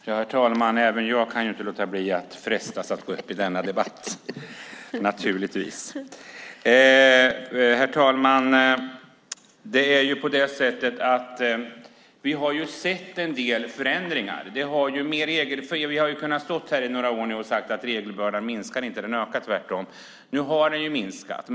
Herr talman! Inte heller jag kan låta bli att frestas att gå upp i denna debatt, naturligtvis. Vi har ju sett en del förändringar. I några år har vi stått här och sagt att regelbördan inte minskar utan tvärtom ökar. Nu har den minskat.